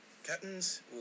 captain's